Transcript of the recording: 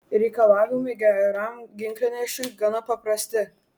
reikalavimai geram ginklanešiui gana paprasti